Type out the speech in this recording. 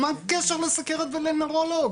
מה הקשר בין סכרת ולנוירולוג?